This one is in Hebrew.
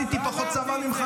לא עשיתי פחות צבא ממך,